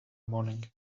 morning